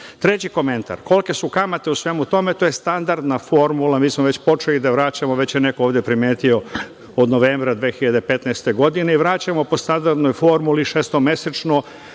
komentar, kolike su kamate u svemu tome, to je standardna formula, mi smo već počeli da vraćamo, već je neko ovde primetio od novembra 2015. godine i vraćamo po standardnoj formuli šestomesečno